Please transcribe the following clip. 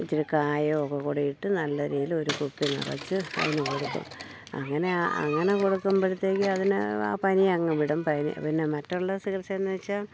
ഇച്ചരി കായം ഒക്കെ കൂടിയിട്ട് നല്ല രീതിയിൽ ഒരു കുപ്പി നിറച്ചു അതിന് കൊടുക്കും അങ്ങനെ അങ്ങനെ കൊടുക്കുമ്പോഴത്തേക്ക് അതിന് ആ പനിിയ അങ്ങ് വിടും പനി പിന്നെ മറ്റുള്ള ചികിൽസ എന്നു വച്ചാൽ